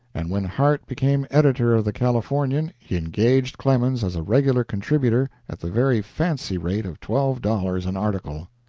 and when harte became editor of the californian he engaged clemens as a regular contributor at the very fancy rate of twelve dollars an article.